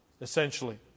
essentially